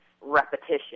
repetition